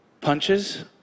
Punches